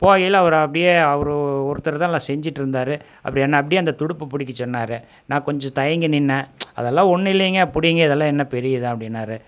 போகையில் அவர் அப்படியே அவரு ஒருத்தர் தான் எல்லாம் செஞ்சிட்டு இருந்தார் அப்படி என்ன அப்படியே அந்த துடுப்பு பிடிக்கச் சொன்னார் நான் கொஞ்சம் தயங்கி நின்றேன் அதெல்லாம் ஒன்றும் இல்லைங்க பிடிங்க இதெல்லாம் என்ன பெரிய இதா அப்படின்னாரு